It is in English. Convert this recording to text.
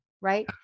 Right